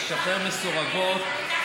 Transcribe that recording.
לשחרר מסורבות.